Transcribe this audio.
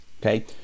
Okay